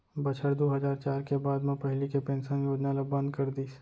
बछर दू हजार चार के बाद म पहिली के पेंसन योजना ल बंद कर दिस